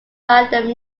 random